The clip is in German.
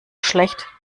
schlecht